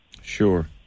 Sure